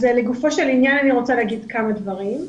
לגופו של עניין אני רוצה להגיד כמה דברים.